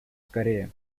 скорее